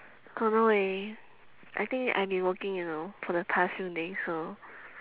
don't know eh I think I've been working you know for the past few days so